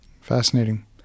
Fascinating